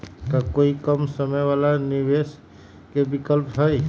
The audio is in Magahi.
का कोई कम समय वाला निवेस के विकल्प हई?